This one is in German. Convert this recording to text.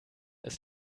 ist